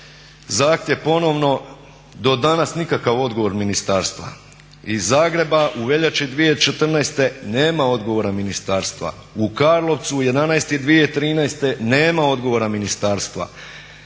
zahtjev ponovno. Do danas nikakav odgovor ministarstva. Iz Zagreba, u veljači 2014. nema odgovora ministarstva. U Karlovcu 11. mjesec 2013. nema odgovora ministarstva.